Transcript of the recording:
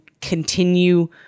continue